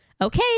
Okay